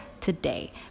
today